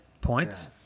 Points